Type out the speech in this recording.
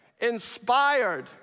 inspired